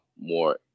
more